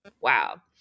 Wow